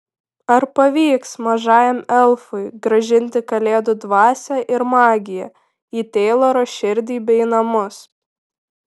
ar pavyks mažajam elfui grąžinti kalėdų dvasią ir magiją į teiloro širdį bei namus